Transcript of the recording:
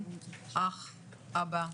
אח אבא,